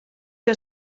que